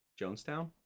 Jonestown